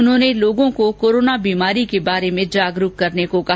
उन्होंने लोगों को कोरोना बीमारी के बारे में जागरूक करने को कहा